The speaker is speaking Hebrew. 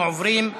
דוד,